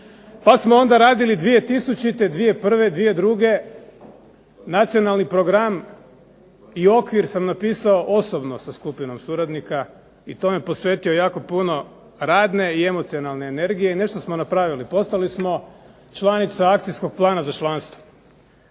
Pa smo onda radili 2000., 2001., 2002. Nacionalni program i okvir sam napisao osobno sa skupinom suradnika i tome posvetio jako puno radne i emocionalne energije i nešto smo napravili, postali smo članica Akcijskog plana za članstvo.